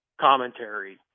commentary